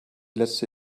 letzte